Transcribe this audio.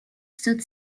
stood